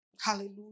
Hallelujah